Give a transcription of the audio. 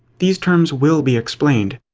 these terms will be explained,